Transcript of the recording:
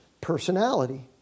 personality